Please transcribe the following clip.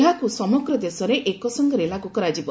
ଏହାକୁ ସମଗ୍ର ଦେଶରେ ଏକ ସଙ୍ଗରେ ଲାଗୁ କରାଯିବ